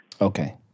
Okay